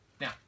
Now